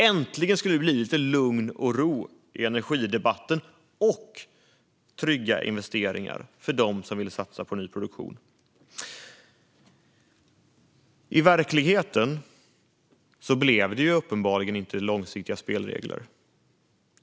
Äntligen skulle det bli lite lugn och ro i energidebatten, och trygga investeringar för dem som vill satsa på ny produktion. I verkligheten blev det uppenbarligen inte långsiktiga spelregler.